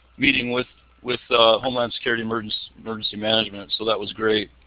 meeting with with homeland security emergency emergency management, so that was great.